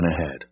ahead